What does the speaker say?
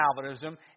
Calvinism